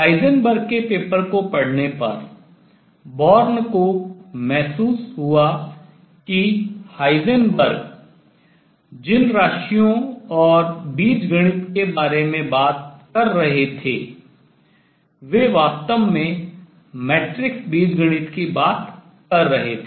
Heisenberg के paper को पढ़ने पर Born बोर्न ने महसूस किया कि हाइजेनबर्ग जिन राशियों और बीजगणित के बारे में बात कर रहे थे वे वास्तव में मैट्रिक्स बीजगणित की बात कर रहे थे